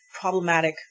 problematic